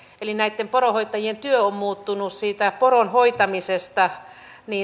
eli näitten poronhoitajien työ on muuttunut siitä poron hoitamisesta